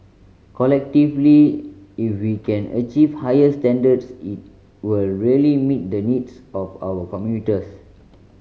collectively if we can achieve higher standards it will really meet the needs of our commuters